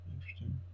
interesting